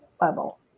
level